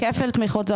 כפל תמיכות.